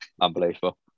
unbelievable